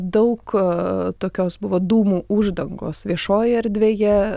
daug tokios buvo dūmų uždangos viešojoje erdvėje